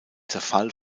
zerfall